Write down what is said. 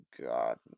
God